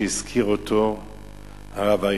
שהזכיר אותו הרב אייכלר.